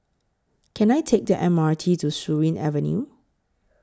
Can I Take The M R T to Surin Avenue